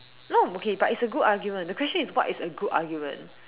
no okay but it's a good argument the question is what is a good argument